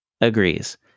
agrees